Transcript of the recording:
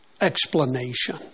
explanation